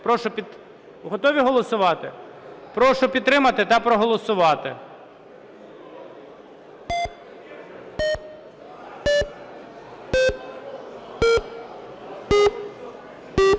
Готові голосувати? Прошу підтримати та проголосувати.